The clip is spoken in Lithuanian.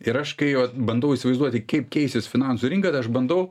ir aš kai va bandau įsivaizduoti kaip keisis finansų rinka ir aš bandau